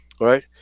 right